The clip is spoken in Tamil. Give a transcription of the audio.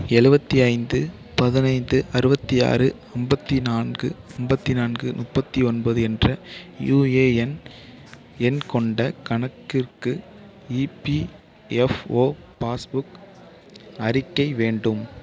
எழுவத்தி ஐந்து பதினைந்து அறுபத்தி ஆறு ஐம்பத்தி நான்கு ஐம்பத்தி நான்கு முப்பத்து ஒன்பது என்ற யுஏஎன் எண் கொண்ட கணக்குக்கு இபிஎஃப்ஓ பாஸ் புக் அறிக்கை வேண்டும்